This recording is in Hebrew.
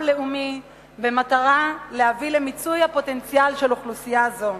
להביא למיצוי הפוטנציאל של אוכלוסייה זו.